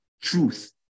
truth